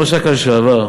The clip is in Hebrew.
ראש אכ"א לשעבר,